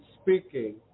speaking